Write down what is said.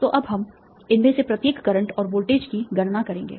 तो अब हम इनमें से प्रत्येक करंट और वोल्टेज की गणना करेंगे